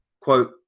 quote